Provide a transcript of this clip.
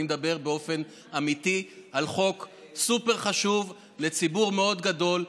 אני מדבר באופן אמיתי על חוק סופר חשוב לציבור מאוד גדול,